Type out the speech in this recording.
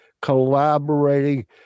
collaborating